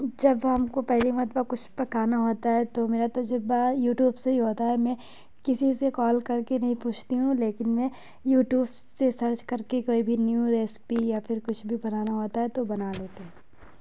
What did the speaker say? جب ہم کو پہلی مرتبہ کچھ پکانا ہوتا ہے تو میرا تجربہ یوٹیوب سے ہی ہوتا ہے میں کسی سے کال کر کے نہیں پوچھتی ہوں لیکن میں یوٹیوب سے سرچ کر کے کوئی بھی نیو ریسیپی یا پھر کچھ بھی بنانا ہوتا ہے تو بنا لیتی ہوں